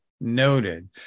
noted